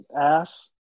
ass